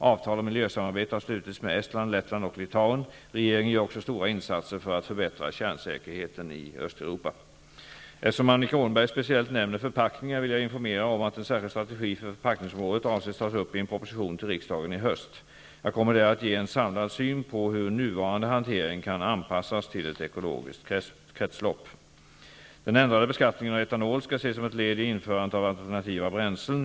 Avtal om miljösamarbete har slutits med Estland, Lettland och Litauen. Regeringen gör också stora insatser för att förbättra kärnsäkerheten i Eftersom Annika Åhnberg speciellt nämner förpackningar, vill jag informera om att en särskild strategi för förpackningsområdet avses tas upp i en proposition till riksdagen i höst. Jag kommer där att ge en samlad syn på hur nuvarande hantering kan anpassas till ett ekologiskt kretslopp. Den ändrade beskattningen av etanol skall ses som ett led i införandet av alternativa bränslen.